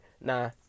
Nah